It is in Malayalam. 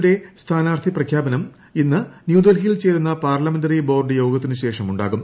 യുടെ സ്ഥാനാർത്ഥി പ്രഖ്യാപനം ഇന്ന് ന്യൂഡ്ൽഹിയിൽ ചേരുന്ന പാർലമെന്ററി ബോർഡ് യോഗത്തിന് ശേഷം ഉണ്ടാകും